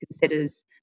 considers